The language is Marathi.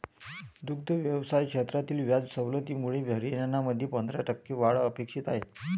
दुग्ध व्यवसाय क्षेत्रातील व्याज सवलतीमुळे हरियाणामध्ये पंधरा टक्के वाढ अपेक्षित आहे